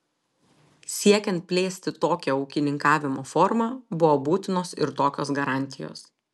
siekiant plėsti tokią ūkininkavimo formą buvo būtinos ir tokios garantijos